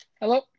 Hello